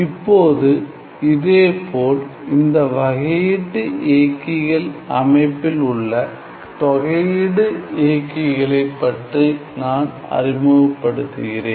இப்போது இதேபோல் இந்த வகையீட்டு இயக்கிகள் அமைப்பில் உள்ள தொகை இயக்கிகளைப் பற்றி நான் அறிமுகப்படுத்துகிறேன்